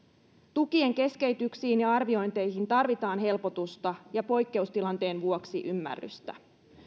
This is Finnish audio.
tukien keskeytyksiin ja arviointeihin tarvitaan helpotusta ja poikkeustilanteen vuoksi ymmärrystä